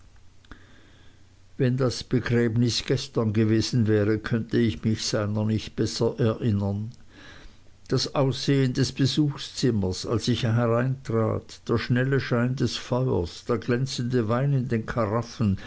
wenn das begräbnis gestern gewesen wäre könnte ich mich seiner nicht besser erinnern das aussehen des besuchzimmers als ich hineintrat der helle schein des feuers der glänzende wein in den karaffen